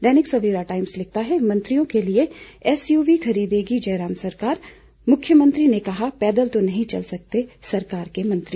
दैनिक सवेरा टाइम्स लिखता है मंत्रियों के लिये एसयूवी खरीदेगी जयराम सरकार मुख्यमंत्री ने कहा पैदल तो नहीं चल सकते सरकार के मंत्री